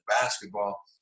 basketball